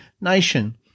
nation